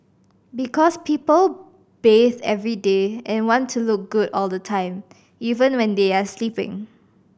because people bath every day and want to look good all the time even when they are sleeping